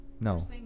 no